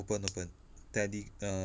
open open tele~ err